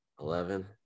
Eleven